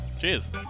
cheers